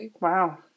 Wow